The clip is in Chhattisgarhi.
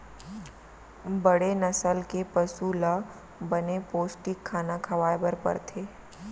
बड़े नसल के पसु ल बने पोस्टिक खाना खवाए बर परथे